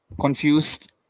confused